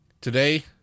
Today